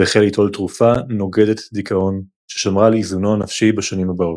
והחל ליטול תרופה נוגדת דיכאון ששמרה על איזונו הנפשי בשנים הבאות.